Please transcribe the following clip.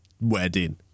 wedding